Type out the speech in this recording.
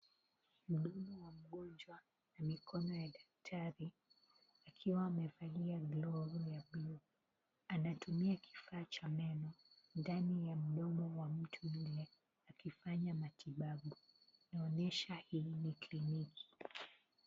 Mdomo wa mgonjwa na mikono ya daktari akiwa amevalia glovu ,anatumia kifaa cha meno ndani ya mdomo wa mtu yule akifanya matibabu, inaonyesha hii ni kliniki.